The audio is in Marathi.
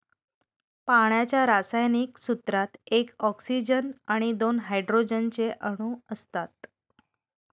पाण्याच्या रासायनिक सूत्रात एक ऑक्सीजन आणि दोन हायड्रोजन चे अणु असतात